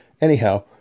Anyhow